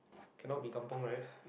cannot be kampung right